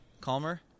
calmer